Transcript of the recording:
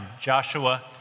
Joshua